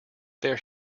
there